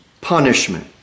punishment